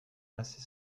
assez